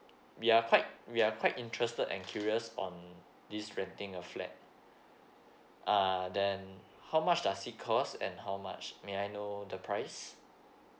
we are quite we are quite interested and curious on this renting a flat uh then how much does it cost and how much may I know the price